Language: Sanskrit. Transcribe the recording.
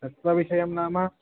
तत्वविषयं नाम